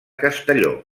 castelló